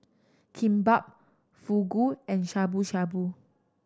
Kimbap Fugu and Shabu Shabu